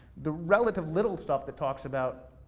the relative little stuff that talks about,